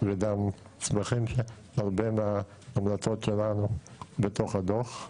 וגם שמחים שהרבה מההמלצות שלנו נמצאות בתוך הדוח.